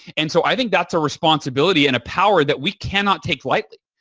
and so, i think that's a responsibility and a power that we cannot take lightly.